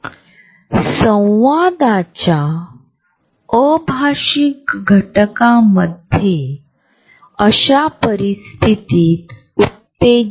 आपल्याला पडद्यामागील प्रवास मागे कसा आवडतो